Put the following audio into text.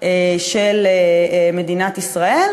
של מדינת ישראל,